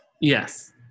Yes